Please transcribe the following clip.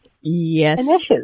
Yes